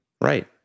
Right